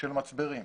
של מצברים.